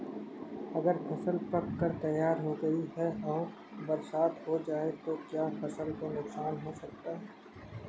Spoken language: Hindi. अगर फसल पक कर तैयार हो गई है और बरसात हो जाए तो क्या फसल को नुकसान हो सकता है?